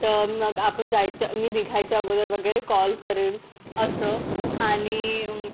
तर मग आपण जायचं मी निघायच्या अगोदर वगैरे कॉल करेल असं आणि